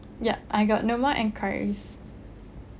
ya I got no more enquiries